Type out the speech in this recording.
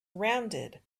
rounded